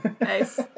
nice